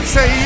Say